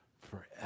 forever